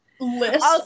List